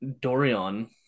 Dorian